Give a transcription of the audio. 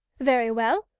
very well,